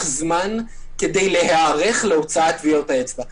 זמן כדי להיערך להוצאת טביעות האצבע.